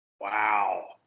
Wow